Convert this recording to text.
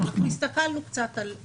הסתכלנו קצת מה